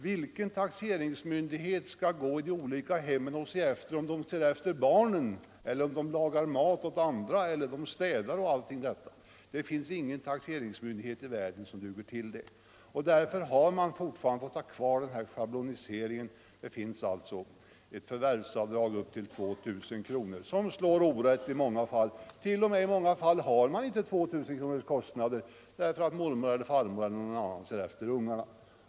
Vilken taxeringsmyndighet skall gå i de olika hemmen och kontrollera om vederbörande ser efter barnen eller lagar mat åt andra eller städar osv. Det finns ingen taxeringsmyndighet i världen som duger till det. Därför har man fortfarande kvar den här schabloniseringen. Det finns alltså ett förvärvsavdrag upp till 2 000 kronor, som slår orätt i många fall. Det är t.o.m. så att mar i åtskilliga fall inte har 2000 kronors kostnader därför att mormor eller farmor eller någon annan ser efter ungarna.